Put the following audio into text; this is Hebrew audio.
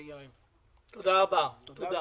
בהצלחה.